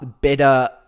better